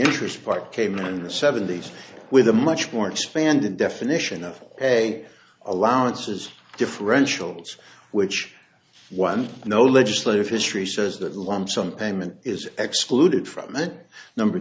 interest part came in the seventy's with a much more expanded definition of a allowances differentials which one no legislative history says that lump sum payment is excluded from that number